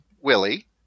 Willie